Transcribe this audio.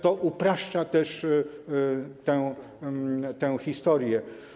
To upraszcza też tę historię.